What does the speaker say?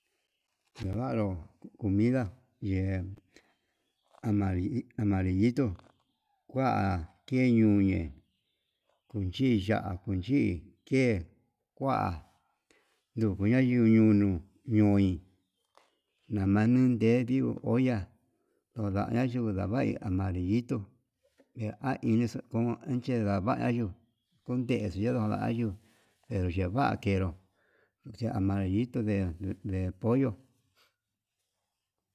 Yevanró comida yee amari- amarillito kua kee ñuñe kunchi ya'a kunchí kee kua yujuna yuñuñu ñoi na'a nani yedio olla nayuu ndavai amarillito, nde an inixu koni yavayuu kundexu yundu vayo'o ndeyo ndeva'a kenró de amarillito de pollo.